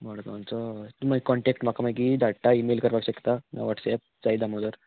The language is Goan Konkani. मडगांवचो तुमी मागीर कॉन्टेक्ट म्हाका मागीर धाडटा इमेल करपाक शकता वॉट्सॅप साई दामोदर